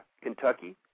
Kentucky